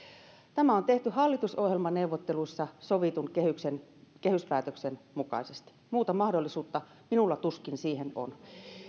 ilmi hallitusohjelmaneuvotteluissa sovitun kehyspäätöksen mukaisesti muuta mahdollisuutta minulla tuskin on